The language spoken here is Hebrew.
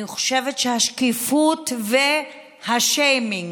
אני חושבת שהשקיפות והשיימינג,